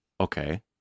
okay